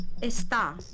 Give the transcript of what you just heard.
está